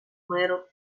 миру